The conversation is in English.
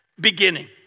beginning